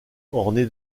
orné